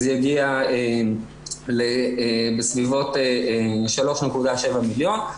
אז יגיע בסביבות 3.7 מיליון שקל.